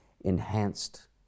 enhanced